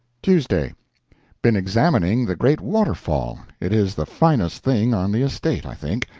tuesday been examining the great waterfall. it is the finest thing on the estate, i think.